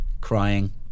crying